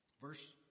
verse